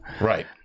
right